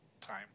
time